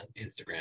instagram